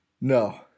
No